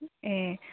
ए'